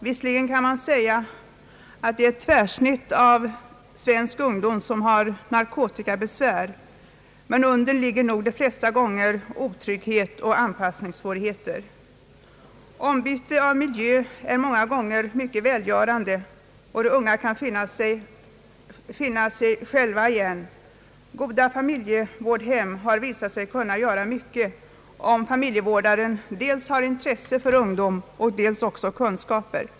Visserligen kan man säga att det är ett tvärsnitt av svensk ungdom som har narkotikabesvär, men under ligger nog de flesta gånger otrygghet och anpassningssvårigheter. Ombyte av miljö är många gånger mycket välgörande, och de unga kan finna sig själva igen. Goda familjevårdhem Ang. familjevård har visat sig kunna göra mycket, om familjevårdaren dels har intresse för ungdom och dels också har kunskaper.